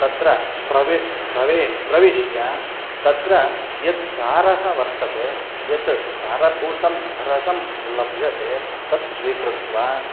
तत्र प्रविश्य प्रवेशं प्रविश्य तत्र यः सारः वर्तते यत् सारभूतं रसं लभ्यते तं स्वीकृत्य